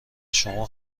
شما